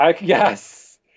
Yes